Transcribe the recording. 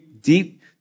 deep